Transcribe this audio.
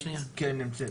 הנציגה לא נמצאת,